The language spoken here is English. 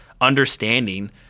understanding